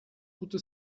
gute